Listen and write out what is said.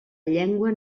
llengua